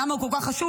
למה הוא כל כך חשוב,